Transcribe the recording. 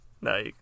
No